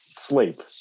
sleep